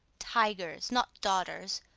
tigers, not daughters,